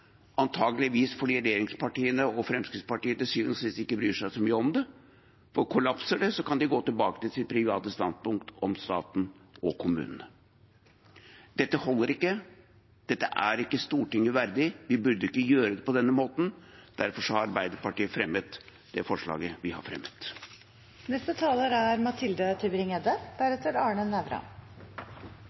fordi regjeringspartiene til syvende og sist ikke bryr seg så mye om det, for kollapser det, kan de gå tilbake til sine private standpunkt om staten og kommunene. Dette holder ikke. Dette er ikke Stortinget verdig. Vi burde ikke gjøre det på denne måten. Derfor har Arbeiderpartiet fremmet det forslaget vi har fremmet. Trontaledebatten bør minne oss om at politikk er